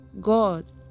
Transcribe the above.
God